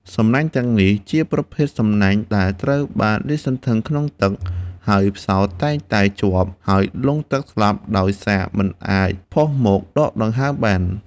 សំណាញ់ទាំងនេះជាប្រភេទសំណាញ់ដែលត្រូវបានលាតសន្ធឹងក្នុងទឹក ហើយផ្សោតតែងតែជាប់ហើយលង់ទឹកស្លាប់ដោយសារមិនអាចផុសមកដកដង្ហើមបាន។